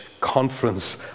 Conference